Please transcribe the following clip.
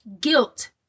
Guilt